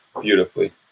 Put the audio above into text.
beautifully